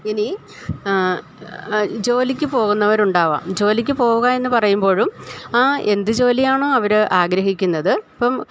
ഇനി ജോലിക്ക് പോകുന്നവരുണ്ടാകാം ജോലിക്ക് പോകുക എന്ന് പറയുമ്പോഴും ആ എന്ത്ജോലിയാണോ അവര് ആഗ്രഹിക്കുന്നത് ഇപ്പം